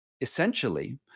essentially